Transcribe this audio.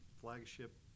flagship